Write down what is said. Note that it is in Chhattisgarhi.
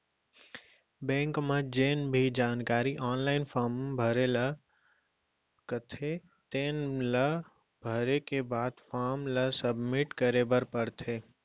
बेंक ह जेन भी जानकारी आनलाइन फारम ल भरे ल कथे तेन ल भरे के बाद फारम ल सबमिट करे बर परथे